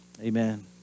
Amen